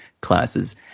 classes